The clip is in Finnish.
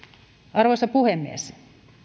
arvoisa puhemies